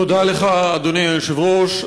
תודה לך, אדוני היושב-ראש.